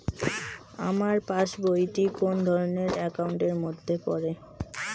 আমার পাশ বই টি কোন ধরণের একাউন্ট এর মধ্যে পড়ে?